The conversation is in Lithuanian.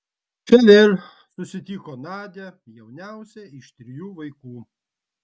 čia vėl susitiko nadią jauniausią iš trijų vaikų